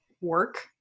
work